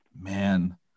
man